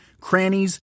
crannies